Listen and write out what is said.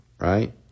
right